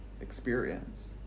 experience